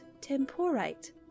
temporite